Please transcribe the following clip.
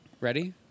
Ready